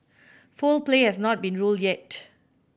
foul play has not been ruled yet